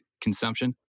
consumption